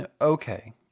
Okay